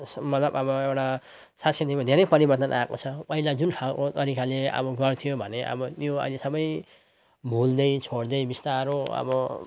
मतलब अब एउटा सांस्कृतिकमा धेरै परिवर्तन आएको छ पहिला जुन खालको तरिकाले अब गर्थ्यो भने अब त्यो अहिले सबै भुल्दै छोड्दै बिस्तारो अब